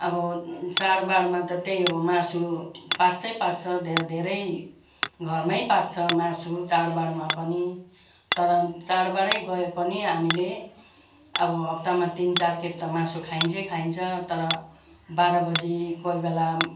अब चाडबाडमा त त्यही हो मासु पाक्छै पाक्छ धेर धेरै घरमै पाक्छ मासु चाडबाडमा पनि तर चाडबाडै गए पनि हामीले अब हप्तामा तिन चार खेप त मासु खाइन्छै खान्छ तर बाह्र बजी कोही बेला